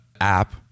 app